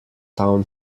town